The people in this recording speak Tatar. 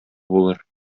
булыр